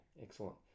Excellent